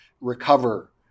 recover